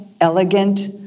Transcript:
elegant